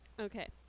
Okay